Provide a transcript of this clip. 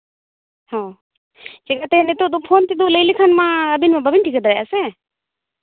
ᱦᱮᱸ ᱦᱮᱡ ᱠᱟᱛᱮ ᱱᱤᱛᱚᱜ ᱫᱚ ᱯᱷᱳᱱ ᱛᱮᱫᱚ ᱞᱟᱹᱭ ᱞᱮᱠᱷᱟᱱ ᱢᱟ ᱟᱹᱵᱤᱱ ᱢᱟ ᱵᱟᱹᱵᱤᱱ ᱴᱷᱤᱠᱟᱹ ᱫᱟᱲᱮᱭᱟᱜᱼᱟ ᱥᱮ